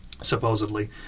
Supposedly